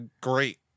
great